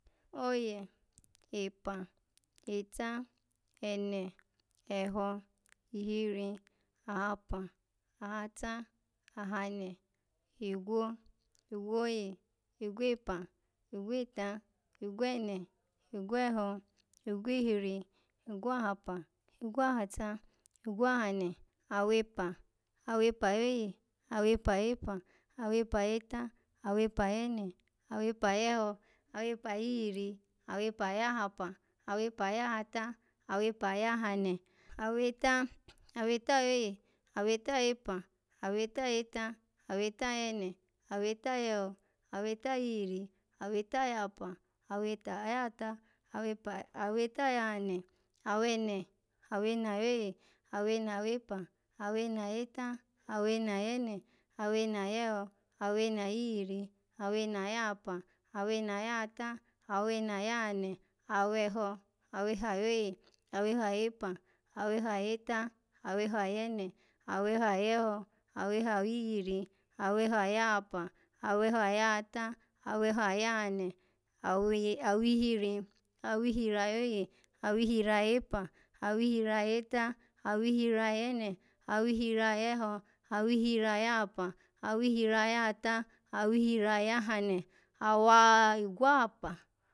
Oye, epa, eta, ene eho, ihiri, ahapa, ahata, ahane, igwo, igwoye, igwepa, igweta, igwene, igweho, igwihiri, igwahapa, igwahata, igwahane, awepa, awepaayoye, awepa ayepa, awepa ayeta, awepa ayane, awepa ayeho, awepa ayihiri, awepa ayahapa, awepa ayahata, awepa ayahane, aweta, aweta ayoye, aweta ayepa, aweta ayeta, aweta ayene, aweta ayeho, aweta ayihiri, aweta ayahapa, aweta ayahata, awepa aweta ayahane, awene, awene ayoye, awene awepa, awene ayeta, awene ayene, awene ayeho, awene ayihiri awene ayahapa, awene ayahata, awene ayahane, aweho aweho ayoye, aweho ayepa, aweho ayeta, aweho ayene, aweho ayeho, aweho ayihiri, awene ayahapa, aweho ayahata, aweho ayahane, awe-awihiri, awihiri ayoye, awihiri ayepa, awihiri ayeta, awihiri ayene, awihiri ayeho, awihiri ayahapa, awihiri ayahata, awihiri ayahana, awa-igwahapa.